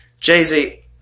Jay-Z